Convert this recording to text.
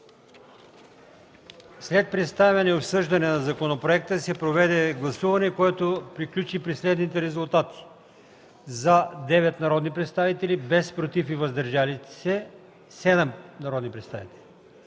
След представяне и обсъждане на законопроекта се проведе гласуване, което приключи при следните резултати: 9 „за”, без „против” и 7 „въздържали се” народни представители.